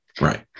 Right